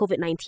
COVID-19